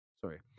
sorry